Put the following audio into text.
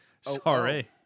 Sorry